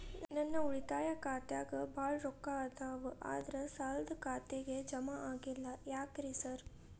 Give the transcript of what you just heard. ನನ್ ಉಳಿತಾಯ ಖಾತ್ಯಾಗ ಬಾಳ್ ರೊಕ್ಕಾ ಅದಾವ ಆದ್ರೆ ಸಾಲ್ದ ಖಾತೆಗೆ ಜಮಾ ಆಗ್ತಿಲ್ಲ ಯಾಕ್ರೇ ಸಾರ್?